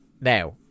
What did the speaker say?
Now